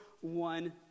one